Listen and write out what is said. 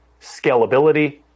scalability